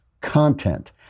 content